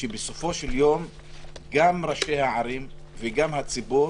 שבסופו של דבר גם ראשי הערים וגם הציבור